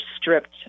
stripped